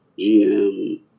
GM